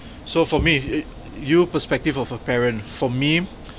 so for me err you perspective of a parent for me